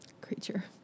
Creature